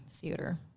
theater